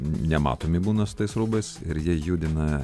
nematomi būna su tais rūbais ir jie judina